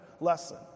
lesson